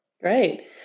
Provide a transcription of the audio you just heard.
Great